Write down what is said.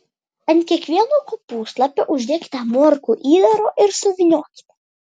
ant kiekvieno kopūstlapio uždėkite morkų įdaro ir suvyniokite